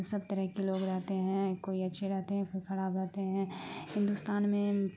سب طرح کے لوگ رہتے ہیں کوئی اچھے رہتے ہیں کوئی خراب رہتے ہیں ہندوستان میں